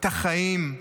את החיים.